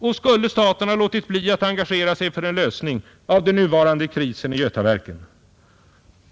Och skulle staten ha låtit bli att engagera sig för en lösning av den nuvarande krisen i Götaverken?